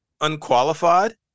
unqualified